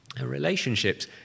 Relationships